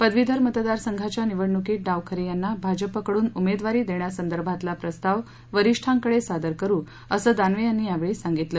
पदवीधर मतदारसंघाच्या निवडणुकीत डावखरे यांना भाजपकडून उमेदवारी देण्यासंदर्भातला प्रस्ताव वरिष्ठांकडे सादर करू असं दानवे यांनी यावेळी सांगितलं